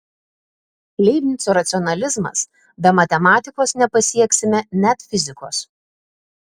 leibnico racionalizmas be matematikos nepasieksime net fizikos